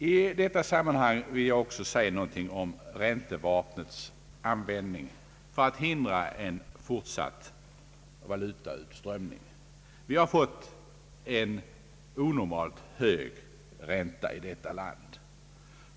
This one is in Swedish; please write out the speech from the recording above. I detta sammanhang vill jag också säga någonting om räntevapnets användning för att hindra en fortsatt valutautströmning. Vi har fått en onormalt hög ränta i detta land.